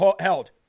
held